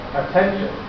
attention